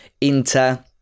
Inter